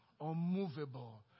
unmovable